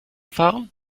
fahren